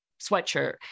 sweatshirt